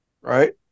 Right